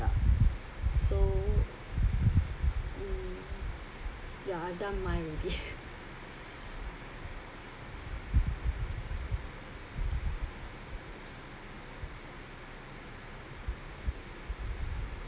ya so ya I done mine already